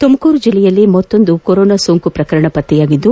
ತುಮಕೂರು ಜಿಲ್ಲೆಯಲ್ಲಿ ಮತ್ತೊಂದು ಕೊರೊನಾ ಸೋಂಕು ಪ್ರಕರಣ ಪತ್ತೆಯಾಗಿದ್ದು